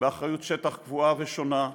באחריות שטח קבועה ושונה,